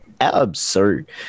Absurd